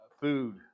food